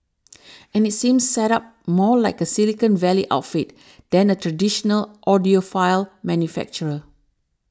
and it seems set up more like a silicon valley outfit than a traditional audiophile manufacturer